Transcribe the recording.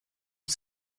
aux